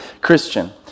Christian